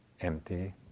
empty